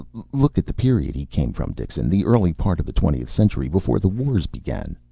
look at the period he came from, dixon. the early part of the twentieth century. before the wars began.